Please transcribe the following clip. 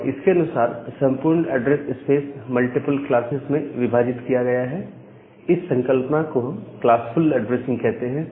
और इसके अनुसार संपूर्ण ऐड्रेस स्पेस मल्टीपल क्लासेज में विभाजित किया गया है इस संकल्पना को हम क्लासफुल ऐड्रेसिंग कहते हैं